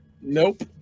Nope